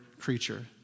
creature